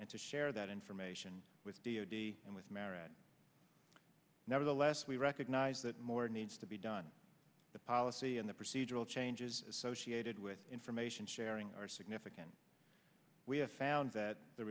and to share that information with deity and with merit nevertheless we recognize that more needs to be done the policy and the procedural changes associated with information sharing are significant we have found that the